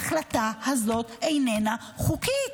ההחלטה הזאת איננה חוקית.